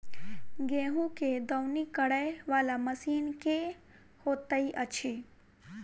गेंहूँ केँ दौनी करै वला मशीन केँ होइत अछि?